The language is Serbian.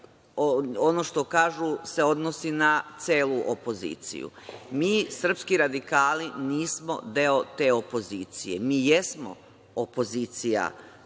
ono što kažu se odnosi na celu opoziciju. Mi srpski radikali nismo deo te opozicije. Mi jesmo opozicija